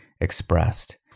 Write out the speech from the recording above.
expressed